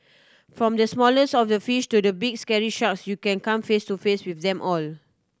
from the smallest of the fish to the big scary sharks you can come face to face with them all